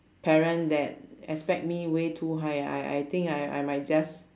parent that expect me way too high I I think I I might just